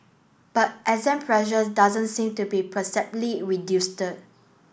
but exam pressure doesn't seem to be reduce